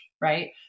right